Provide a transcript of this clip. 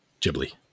Ghibli